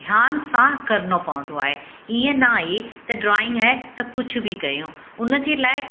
ध्यान सां करिणो पवंदो आहे इअं न आहे त ड्रॉइंग आहे त कुझु बि कयूं हुनजे लाइ